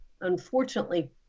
unfortunately